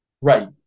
Right